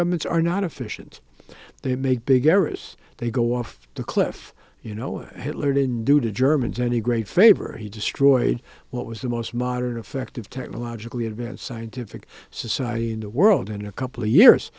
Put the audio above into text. governments are not offish and they make big errors they go off the cliff you know hitler didn't do the germans any great favor he destroyed what was the most modern effective technologically advanced scientific society in the world in a couple of years